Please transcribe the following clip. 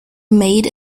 made